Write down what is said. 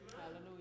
Hallelujah